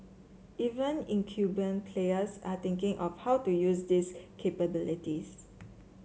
even incumbent players are thinking of how to use these capabilities